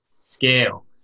scale